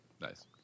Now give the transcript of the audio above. Nice